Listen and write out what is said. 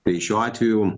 tai šiuo atveju